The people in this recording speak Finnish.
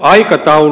aikataulu